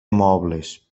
mobles